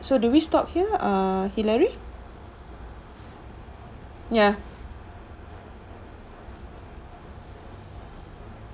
so do we stop here ah hillary ya